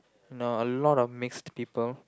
no a lot of mixed people